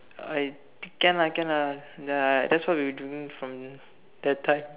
I can lah can lah ya that's what we are doing from that time